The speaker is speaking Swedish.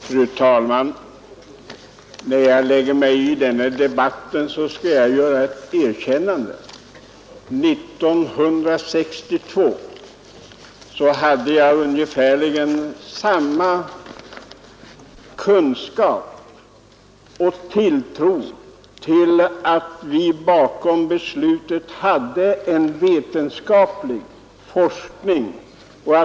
Fru talman! När jag lägger mig i den här debatten skall jag göra ett erkännande. År 1962 hade jag tilltro till att vi bakom beslutet hade vetenskaplig forskning och